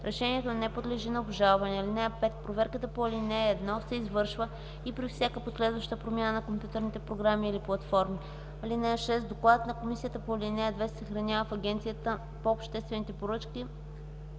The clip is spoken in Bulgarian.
Решението не подлежи на обжалване. (5) Проверката по ал. 1 се извършва и при всяка последваща промяна на компютърните програми или платформи. (6) Докладът на комисията по ал. 2 се съхранява в Агенцията по обществените поръчки